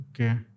Okay